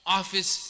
office